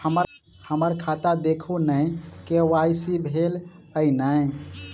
हम्मर खाता देखू नै के.वाई.सी भेल अई नै?